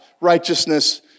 righteousness